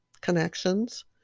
connections